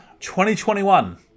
2021